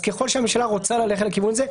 אז ככל שהממשלה רוצה ללכת לכיוון הזה,